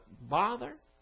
bother